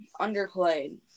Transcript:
underplayed